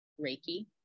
Reiki